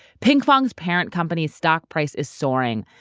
pinkfong's parent company's stock price is soaring.